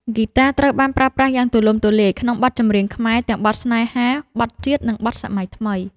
ហ្គីតាត្រូវបានប្រើប្រាស់យ៉ាងទូលំទូលាយក្នុងបទចម្រៀងខ្មែរ ទាំងបទស្នេហា បទជាតិ និងបទសម័យថ្មី។